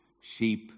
sheep